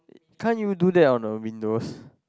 can't you do that on the windows